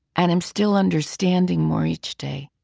and am still understanding more each day,